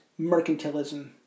mercantilism